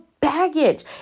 baggage